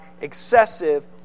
excessive